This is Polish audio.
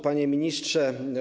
Panie Ministrze!